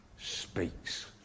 speaks